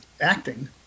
acting